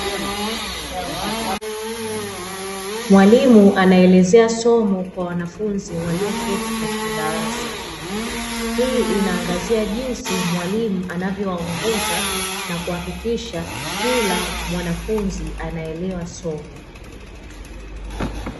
Mwalimu anaelezea somo kwa wanafunzi walioketi katika darasa, hii inaangazia jinsi mwalimu anavyo waongoza na kuhakikisha kila mwanafunzi anaelewa somo.